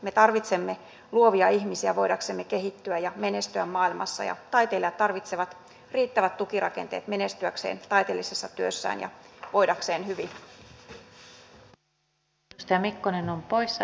me tarvitsemme luovia ihmisiä voidaksemme kehittyä ja menestyä maailmassa ja taiteilijat tarvitsevat riittävät tukirakenteet menestyäkseen taiteellisessa työssään ja voidakseen hyvin